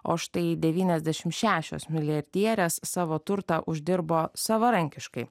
o štai devyniasdešim šešios milijardierės savo turtą uždirbo savarankiškai